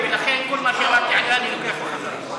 לכן, כל מה שאמרתי עליה אני לוקח בחזרה.